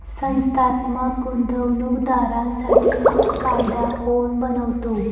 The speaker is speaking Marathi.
संस्थात्मक गुंतवणूक दारांसाठी कायदा कोण बनवतो?